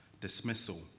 dismissal